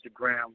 Instagram